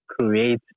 create